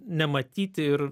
nematyti ir